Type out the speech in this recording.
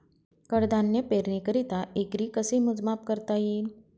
कडधान्य पेरणीकरिता एकरी कसे मोजमाप करता येईल?